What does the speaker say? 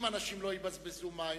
אם אנשים לא יבזבזו מים,